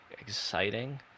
exciting